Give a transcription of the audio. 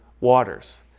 waters